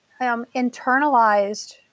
internalized